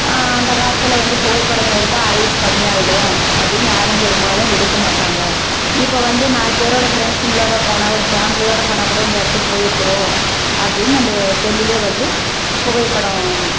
அந்த காலத்தில் வந்து புகைப்படங்கள் எடுத்தால் ஆயிசு கம்மியாகிடும் அப்படின்னு யாரும் பெரும்பாலும் எடுக்கமாட்டாங்க இப்போ வந்து நாலு பேரோடு ஃப்ரெண்ட்ஸுங்களோடு போனால் ஒரு ஃபேமிலியோடு போனாக்கூட இந்த இடத்துக்கு போயிருக்கிறோம் அப்படின்னு நம்ம செல்லிலேயே வந்து புகைப்படம்